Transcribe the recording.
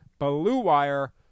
BLUEWIRE